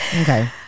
Okay